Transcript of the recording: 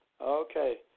Okay